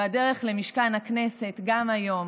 והדרך למשכן הכנסת גם היום,